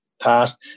passed